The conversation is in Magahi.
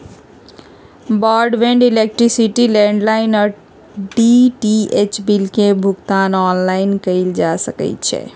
ब्रॉडबैंड, इलेक्ट्रिसिटी, लैंडलाइन आऽ डी.टी.एच बिल के भुगतान ऑनलाइन कएल जा सकइ छै